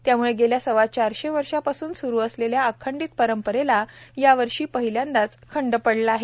त्यामुळे गेल्या सव्वा चारशे वर्षापासून सुरू असलेल्या अखंडित परंपरेला यावर्षी पहिल्यांदाच खंड पडला आहे